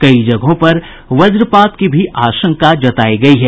कई जगहों पर वज्रपात की आशंका जतायी गयी है